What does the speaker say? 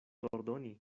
ordoni